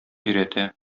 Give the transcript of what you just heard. өйрәтә